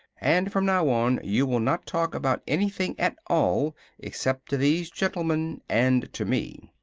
and from now on you will not talk about anything at all except to these gentlemen and to me.